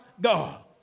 God